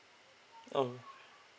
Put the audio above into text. orh